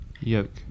Yoke